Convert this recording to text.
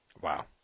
Wow